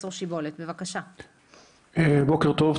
בוקר טוב.